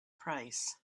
price